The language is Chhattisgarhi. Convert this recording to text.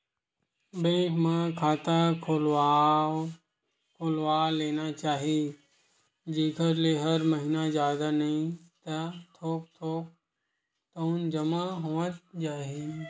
बेंक म खाता खोलवा लेना चाही जेखर ले हर महिना जादा नइ ता थोक थोक तउनो जमा होवत रइही